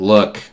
Look